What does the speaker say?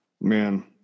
man